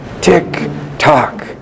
tick-tock